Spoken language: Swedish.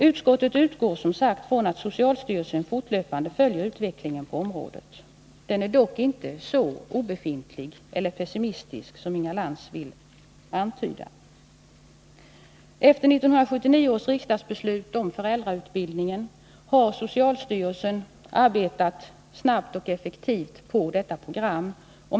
Utskottet utgår som sagt från att socialstyrelsen fortlöpande följer utvecklingen på området. Den är dock inte så obetydlig — och ger inte anledning till sådan pessimism — som Inga Lantz vill antyda. Efter 1979 års riksdagsbeslut om föräldrautbildningen har socialstyrelsen arbetat snabbt och effektivt på ett program.